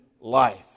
life